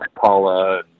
Paula